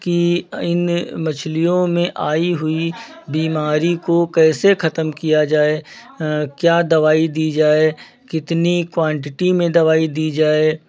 कि इन मछलियों में आई हुई बीमारी को कैसे खतम किया जाए क्या दवाई दी जाए कितनी क्वान्टिटी में दवाई दी जाए